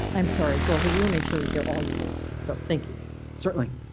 i'm sorry, go ahead. we will make sure we hear all your words. so thank you certainly.